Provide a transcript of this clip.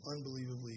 unbelievably